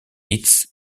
liszt